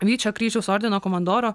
vyčio kryžiaus ordino komandoro